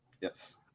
Yes